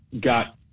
got